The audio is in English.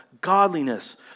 godliness